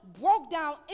broke-down